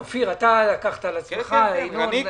אופיר, אתה לקחת על עצמך, וגם ינון.